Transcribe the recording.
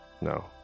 No